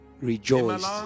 rejoiced